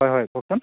হয় হয় কওকচোন